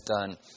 done